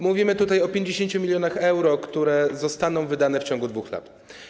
Mówimy tutaj o 50 mln euro, które zostaną wydane w ciągu 2 lat.